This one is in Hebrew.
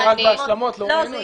בגלל שזה רק בהשלמות, לא ראינו את זה.